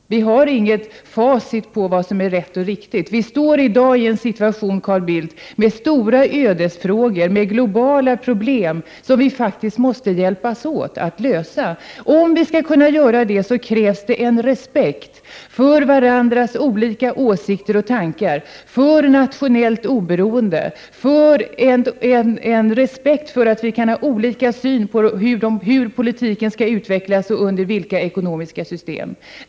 Vi har inte något facit på vad som är rätt och riktigt. Vi står i dag, Carl Bildt, inför en situation med stora ödesfrågor, med globala problem, som vi faktiskt måste hjälpas åt att lösa. Om vi skall kunna göra det krävs det respekt för varandras olika åsikter och tankar, för nationellt oberoende, respekt för att vi kan ha olika syn på hur politiken skall utvecklas och under vilka ekonomiska system.